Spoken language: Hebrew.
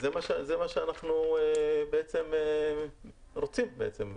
זה מה שאנחנו בעצם רוצים.